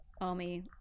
army